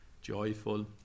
joyful